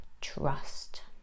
trust